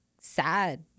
sad